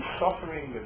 suffering